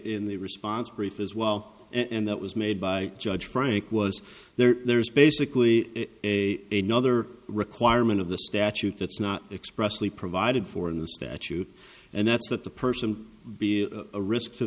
in the response brief as well and that was made by judge frank was there's basically a a nother requirement of the statute that's not expressly provided for in the statute and that's that the person be a risk to